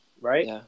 Right